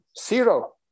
zero